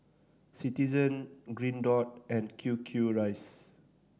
Citizen Green Dot and Q Q Rice